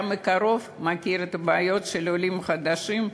אתה מכיר מקרוב את הבעיות של העולים החדשים,